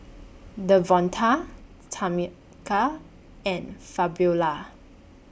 Devonta Tamica and Fabiola